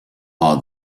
all